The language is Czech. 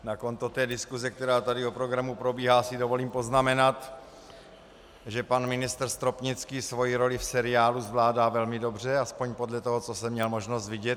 Na konto té diskuse, která tady o programu probíhá, si dovolím poznamenat, že pan ministr Stropnický svoji roli v seriálu zvládá velmi dobře, aspoň podle toho, co jsem měl možnost vidět.